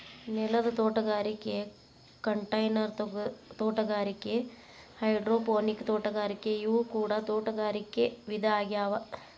ನೆಲದ ತೋಟಗಾರಿಕೆ ಕಂಟೈನರ್ ತೋಟಗಾರಿಕೆ ಹೈಡ್ರೋಪೋನಿಕ್ ತೋಟಗಾರಿಕೆ ಇವು ಕೂಡ ತೋಟಗಾರಿಕೆ ವಿಧ ಆಗ್ಯಾವ